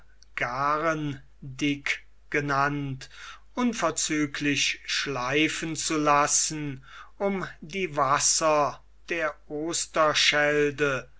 blaauwgarendyk genannt unverzüglich schleifen zu lassen um die wasser der